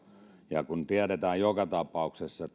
ja kun tiedetään joka tapauksessa